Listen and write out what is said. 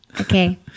okay